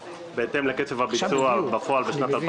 הבונדס היא פגיעה ביכולת הגיוס של ארגון